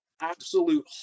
absolute